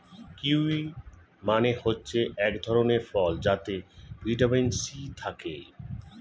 kiwi মানে হচ্ছে এক ধরণের ফল যাতে ভিটামিন সি থাকে